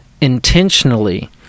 intentionally